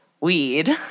weed